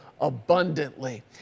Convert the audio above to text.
Abundantly